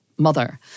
mother